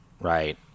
right